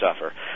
suffer